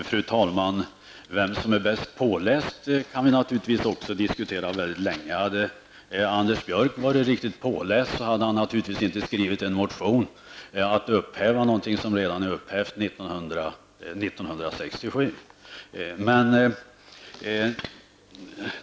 Fru talman! Vem som är bäst påläst kan vi naturligtvis också diskutera länge. Hade Anders Björck varit riktigt påläst hade han naturligtvis inte skrivit en motion om att man skall upphäva något som redan upphävdes år 1967.